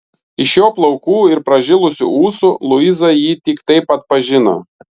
iš jo plaukų ir pražilusių ūsų luiza jį tik taip atpažino